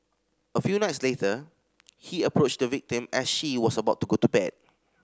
a few nights later he approached the victim as she was about to go to bed